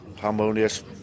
harmonious